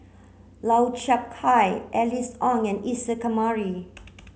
Lau Chiap Khai Alice Ong and Isa Kamari